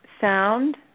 sound